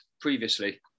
previously